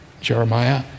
jeremiah